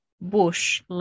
bush